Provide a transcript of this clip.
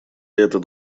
этот